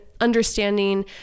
understanding